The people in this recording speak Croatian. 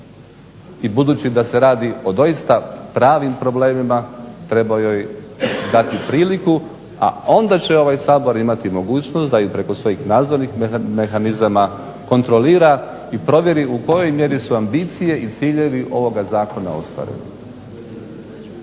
I budući da se radio o doista pravim problemima treba joj dati priliku, a onda će ovaj Sabor imati mogućnost da i preko svojih nadzornih mehanizama kontrolira i provjeri u kojoj mjeri su ambicije i ciljevi ovoga Zakona ostvareni.